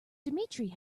dmitry